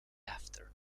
after